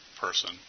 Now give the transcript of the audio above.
person